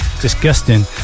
Disgusting